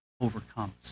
overcomes